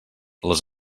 les